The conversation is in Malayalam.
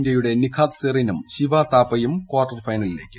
ഇന്തൃയുടെ നിഖാത് സെറീനും ശിവ താപയും കാർട്ടർ ഫൈനലിലേക്ക്